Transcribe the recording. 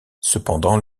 cependant